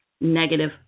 negative